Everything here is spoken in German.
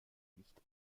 nicht